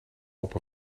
open